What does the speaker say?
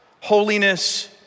holiness